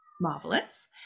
marvelous